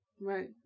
Right